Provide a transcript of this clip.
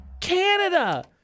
Canada